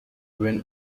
win